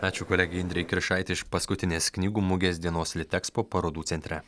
ačiū kolegei indrei kiršaitei iš paskutinės knygų mugės dienos litekspo parodų centre